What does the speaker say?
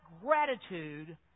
gratitude